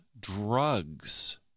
drugs